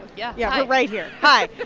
yeah yeah, right here hi